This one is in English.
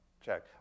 check